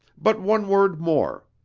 but one word more.